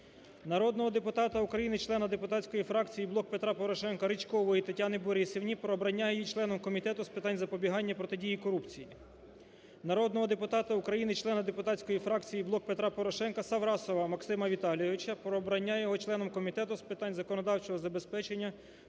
Народного депутата України, члена депутатської фракції "Блок Петра Порошенка" Ричкової Тетяни Борисівни про обрання її членом Комітету з питань запобігання і протидії корупції. Народного депутата України, члена депутатської фракції "Блок Петра Порошенка" Саврасова Максима Віталійовича про обрання його членом Комітету з питань законодавчого забезпечення